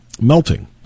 melting